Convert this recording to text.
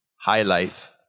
highlights